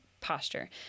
posture